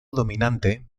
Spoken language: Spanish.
dominante